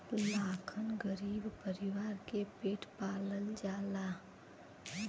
लाखन गरीब परीवार के पेट पालल जाला